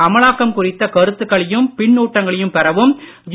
அமலாக்கம் குறித்த கருத்துகளையும் பின்னூட்டங்களைப் பெறவும் ஜி